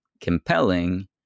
compelling